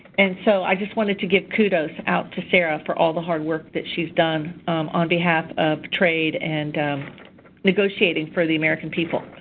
and so i just wanted to give kudos out to sarah for all the hard work that she's done on behalf of trade and negotiating for the american people.